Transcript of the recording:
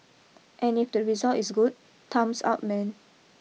and if the result is good thumbs up man